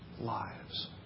lives